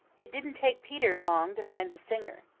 it didn't take peter long to find the singer.